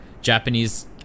Japanese